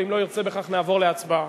ואם לא ירצה בכך נעבור להצבעה.